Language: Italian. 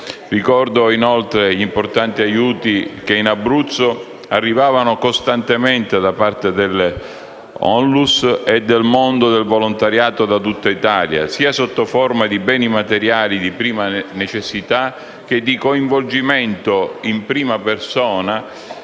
Ricordo, inoltre, gli importanti aiuti che in Abruzzo arrivavano costantemente da parte delle ONLUS e del mondo del volontariato da tutta Italia, sotto forma sia di beni materiali di prima necessità, che di coinvolgimento in prima persona